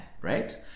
right